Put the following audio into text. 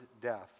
death